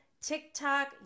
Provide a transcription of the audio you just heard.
TikTok